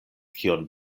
kion